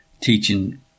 teaching